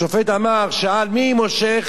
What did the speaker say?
השופט אמר, שאל, מי מושך